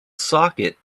socket